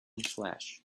flesh